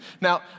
now